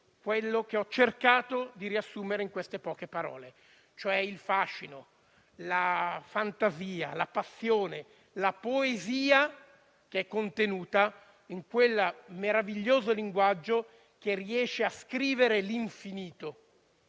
quello che ho cercato di riassumere in queste poche parole, cioè il fascino, la fantasia, la passione e la poesia contenuti in quel meraviglioso linguaggio che riesce a scrivere l'infinito